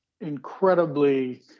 incredibly